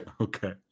okay